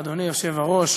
אדוני היושב-ראש,